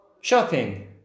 Shopping